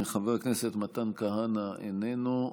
חבר הכנסת מתן כהנא, איננו.